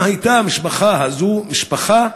אם המשפחה הזאת הייתה משפחה